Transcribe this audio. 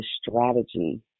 strategy